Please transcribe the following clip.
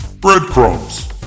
Breadcrumbs